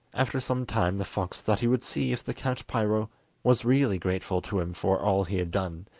after some time the fox thought he would see if the count piro was really grateful to him for all he had done,